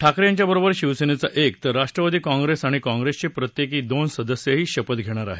ठाकरे यांच्या बरोबर शिवसेनेचा एक तर राष्ट्रवादी काँप्रेस आणि काँप्रेसचे प्रत्येकी दोन सदस्यही शपथ घेणार आहेत